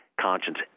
Conscience